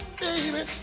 Baby